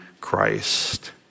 Christ